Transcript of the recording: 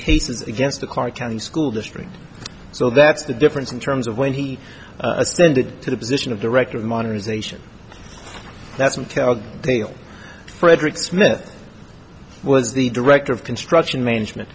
cases against the clark county school district so that's the difference in terms of when he ascended to the position of director of modernization that's an tell tale frederick smith was the director of construction management